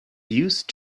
used